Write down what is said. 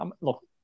Look